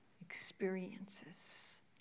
experiences